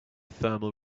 thermal